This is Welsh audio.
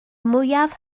mwyaf